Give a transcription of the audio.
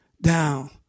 down